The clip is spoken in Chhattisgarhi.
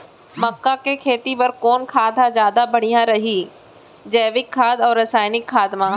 मक्का के खेती बर कोन खाद ह जादा बढ़िया रही, जैविक खाद अऊ रसायनिक खाद मा?